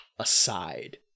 aside